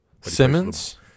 Simmons